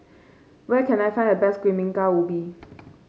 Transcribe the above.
where can I find the best Kuih Bingka Ubi